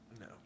No